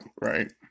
right